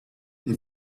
they